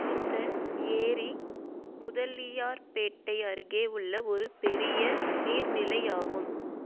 இந்த ஏரி முதலியார்பேட்டை அருகே உள்ள ஒரு பெரிய நீர்நிலையாகும்